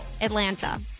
Atlanta